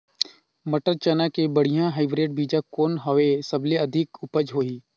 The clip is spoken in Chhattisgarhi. मटर, चना के बढ़िया हाईब्रिड बीजा कौन हवय? सबले अधिक उपज होही?